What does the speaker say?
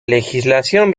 legislación